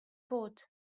port